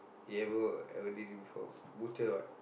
he ever ever did it before butcher what